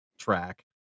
track